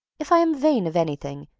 if i am vain of anything,